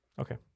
Okay